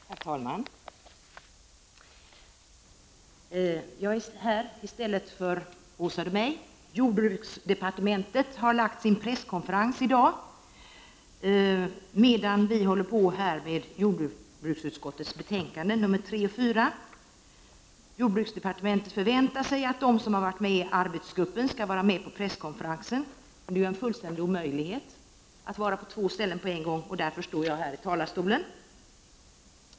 Herr talman! Jag är här i stället för Åsa Domeij. Jordbruksdepartementet har lagt sin presskonferens i dag, medan vi här håller på med jordbruksutskottets betänkanden 3 och 4. Jordbruksdepartementet förväntar sig att de som har varit med i arbetsgruppen skall vara med på presskonferensen: Det är ju en fullständig omöjlighet att vara på två ställen på en gång, och därför är det jag som står här i talarstolen.